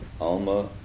Alma